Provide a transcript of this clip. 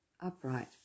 Upright